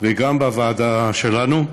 וגם בוועדה שלנו,